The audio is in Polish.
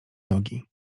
nogi